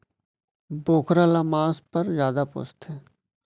बोकरा ल मांस पर जादा पोसथें